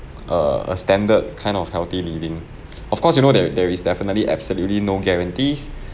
a a standard kind of healthy living of course you know that there is definitely absolutely no guarantees